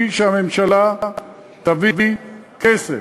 היא שהממשלה תביא כסף.